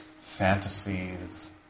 fantasies